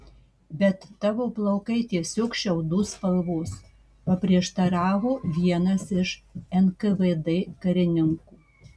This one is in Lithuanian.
bet tavo plaukai tiesiog šiaudų spalvos paprieštaravo vienas iš nkvd karininkų